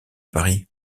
paris